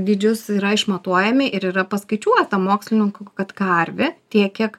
dydžius yra išmatuojami ir yra paskaičiuota mokslininkų kad karvė tiek kiek